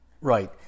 Right